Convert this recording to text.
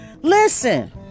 Listen